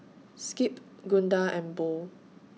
Skip Gunda and Bo